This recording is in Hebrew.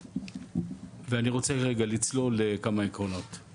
אני רוצה רגע לצלול לכמה עקרונות.